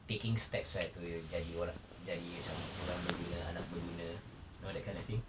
taking steps right to jadi ora~ jadi macam orang berguna anak berguna you know that kind of thing